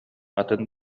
атын